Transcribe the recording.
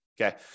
okay